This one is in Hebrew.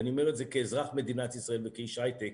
ואני אומר את זה כאזרח מדינת ישראל וכאיש הייטק,